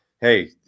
hey